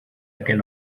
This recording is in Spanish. aquel